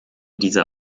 dieser